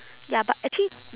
ya but actually